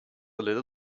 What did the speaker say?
little